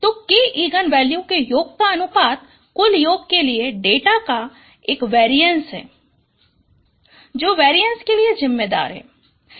तो k eigen values के योग का अनुपात कुल योग के लिए डेटा का एक वेरीएंसहै जो वेरीएंसके लिए जिम्मेदार है